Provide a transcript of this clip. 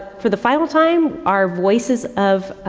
for the final time, our voices of,